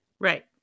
Right